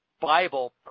Bible